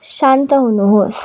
शान्त हुनुहोस्